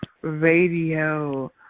Radio